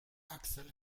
axel